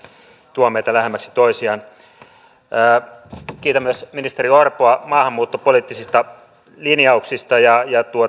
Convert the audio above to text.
tuo meitä lähemmäksi toisiamme kiitän myös ministeri orpoa maahanmuuttopoliittisista linjauksista ja ja